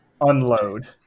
unload